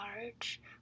large